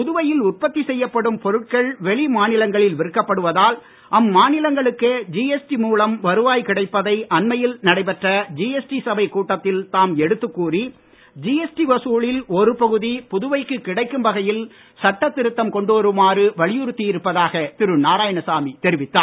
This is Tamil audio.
புதுவையில் உற்பத்தி செய்யப்படும் பொருட்கள் வெளி மாநிலங்களில் விற்கப்படுவதால் அம்மாநிலங்களுக்கே ஜிஎஸ்டி மூலம் வருவாய் கிடைப்பதை அன்மையில் நடைபெற்ற ஜிஎஸ்டி சபைக் கூட்டத்தில் தாம் எடுத்துக் கூறி ஜிஎஸ்டி வசூலில் ஒரு பகுதி புதுவைக்கு கிடைக்கும் வகையில் சட்ட திருத்தம் கொண்டு வருமாறு வலியுறுத்தி இருப்பதாக திரு நாராயணசாமி தெரிவித்தார்